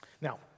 Now